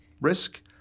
risk